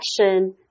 action